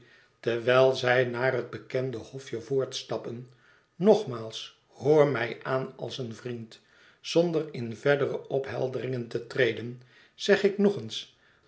terwijl zij naar het bekende hofje voortstappen nogmaals hoor mij aan als een vriend zonder in verdere ophelderingen te treden zeg ik nog eens